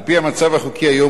על-פי המצב החוקי כיום,